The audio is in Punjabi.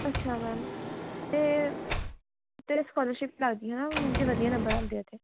ਅੱਛਾ ਮੈਮ ਅਤੇ ਅਤੇ ਸਕੋਲਰਸ਼ਿਪ ਲੱਗਦੀ ਆ ਜੇ ਵਧੀਆ ਨੰਬਰ ਆਉਂਦੇ ਆ ਤਾਂ